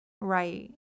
Right